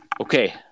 Okay